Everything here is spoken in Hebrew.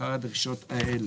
אחר הדרישות האלה: